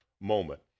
moment